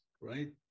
right